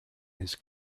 his